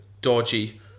dodgy